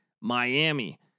Miami